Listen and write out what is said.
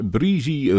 Breezy